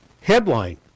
headline